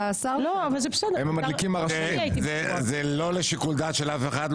זה לא לשיקול דעת של אף אחד.